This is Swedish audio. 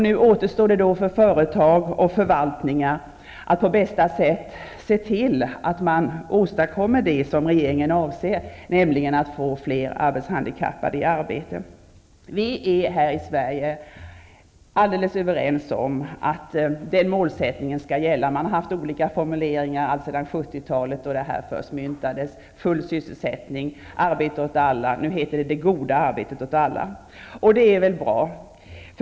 Nu återstår det för företag och förvaltningar att på bästa sätt se till att det kan åstadkommas som regeringen avser, nämligen att fler arbetshandikappade kommer i arbete. Vi i Sverige är alldeles överens om att den målsättningen skall gälla. Formuleringarna har varierat alltsedan 70-talet, då begreppen full sysselsättning och arbete åt alla först myntades. Nu talar man om det goda arbetet åt alla. Och det här är väl bra.